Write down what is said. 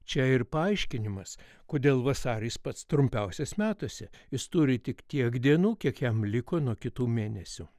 čia ir paaiškinimas kodėl vasaris pats trumpiausias metuose jis turi tik tiek dienų kiek jam liko nuo kitų mėnesių